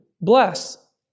bless